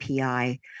API